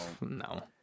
No